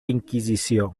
inquisició